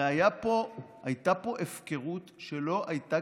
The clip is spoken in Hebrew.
הרי הייתה פה הפקרות שלא הייתה